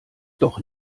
doch